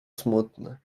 smutny